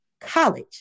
college